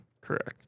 Correct